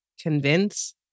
convince